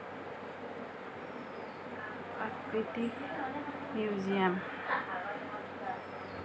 museum